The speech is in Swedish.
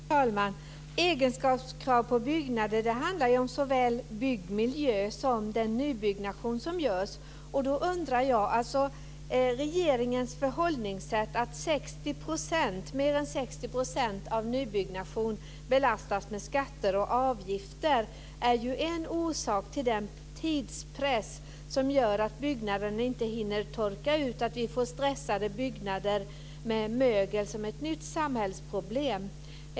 Fru talman! Egenskapskrav på byggnader handlar om såväl byggmiljö som den nybyggnation som sker. Regeringens förhållningssätt att mer än 60 % av nybyggnation belastas med skatter och avgifter är en orsak till den tidspress som gör att byggnader inte hinner torka ut, att vi får byggnader med mögel som ett nytt samhällsproblem.